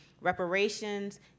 reparations